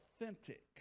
authentic